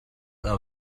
are